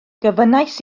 gofynnais